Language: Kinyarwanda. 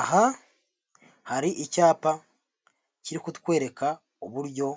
Aha hari icyapa kiri kutwereka uburyo